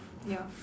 ya